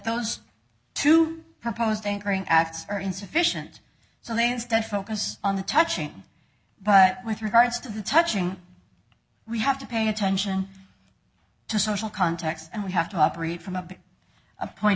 those two proposed anchoring acts are insufficient so they instead focus on the touching but with regards to the touching we have to pay attention to social context and we have to operate from up to a point